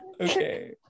okay